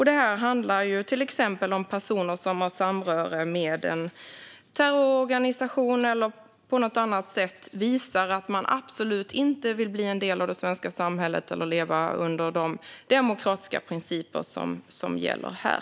Det handlar till exempel om personer som har samröre med en terrororganisation eller på annat sätt visar att de absolut inte vill bli del av det svenska samhället eller efterleva de demokratiska principer som gäller här.